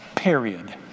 period